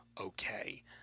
okay